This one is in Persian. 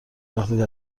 وقتی